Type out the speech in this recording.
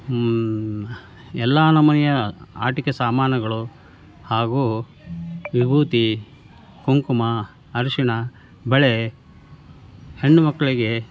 ಎಲ್ಲಾ ನಮೂನಿಯ ಆಟಿಕೆ ಸಾಮಾನುಗಳು ಹಾಗೂ ವಿಭೂತಿ ಕುಂಕುಮ ಅರಿಶಿಣ ಬಳೆ ಹೆಣ್ಣು ಮಕ್ಕಳಿಗೆ